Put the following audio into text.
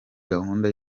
gahunda